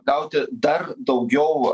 gauti dar daugiau